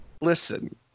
listen